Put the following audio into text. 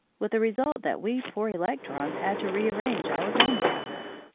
with the result that we poor electrons had to rearrange our domiciles.